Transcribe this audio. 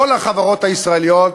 כל החברות הישראליות,